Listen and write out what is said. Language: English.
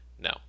no